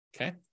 Okay